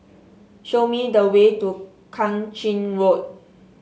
show me the way to Kang Ching Road